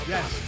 Yes